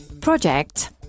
Project